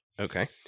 Okay